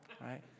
right